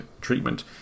treatment